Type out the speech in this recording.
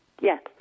Yes